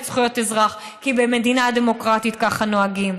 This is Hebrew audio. זכויות אזרח כי במדינה דמוקרטית כך נוהגים,